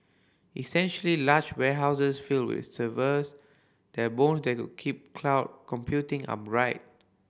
essentially large warehouses filled with servers they are bones that keep cloud computing upright